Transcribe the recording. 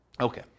Okay